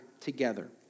together